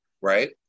right